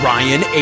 Ryan